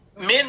men